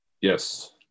yes